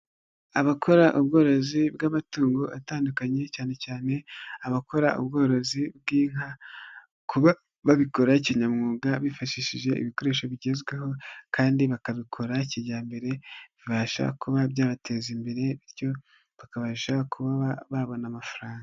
Abakora ubworozi bw'amatungo atandukanye cyane cyane abakora ubworozi bw'inka, kuba bikora kinyamwuga bifashishije ibikoresho bigezweho, kandi bakabikora kijyambere, bibasha kuba byabateza imbere bityo bakabasha kuba babona amafaranga.